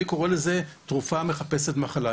אני קורא לזה תרופה מחפשת מחלה.